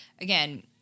again